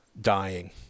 dying